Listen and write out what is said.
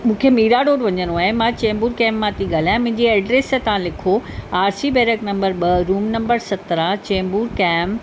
मूंखे मीरा रोड वञिणो आहे मां चैम्बूर कैंप मां थी ॻाल्हियां मुंहिंजी एड्रेस तव्हां लिखो आर सी बेरेक नम्बर ॿ रूम नम्बर सत्रहां चैम्बूर कैंप